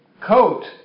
coat